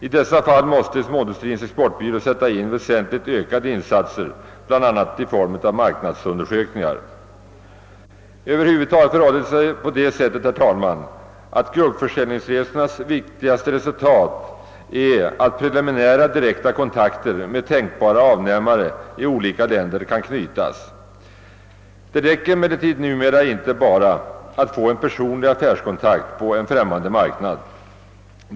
I dessa fall måste Småindustrins exportbyrå sätta in väsentligt ökade insatser, bl.a. i form av marknadsundersökningar. Över huvud taget förhåller det sig så, herr talman, att gruppförsäljningsresornas viktigaste resultat är, att preliminära direkta kontakter med tänkbara avnämare i olika länder kan knytas. Det räcker emellertid numera inte bara att få en personlig affärskontakt på en främmande marknad.